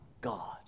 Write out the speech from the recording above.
God